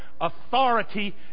authority